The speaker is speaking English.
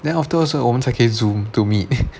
then afterwards 我们才可以 Zoom to meet